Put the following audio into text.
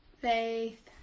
faith